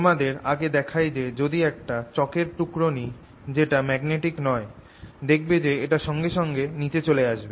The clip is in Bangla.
তোমাদের আগে দেখাই যে যদি একটা চক এর টুকরো নি যেটা ম্যাগনেটিক নয় দেখবে এটা সঙ্গে সঙ্গে নিচে চলে আসবে